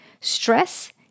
Stress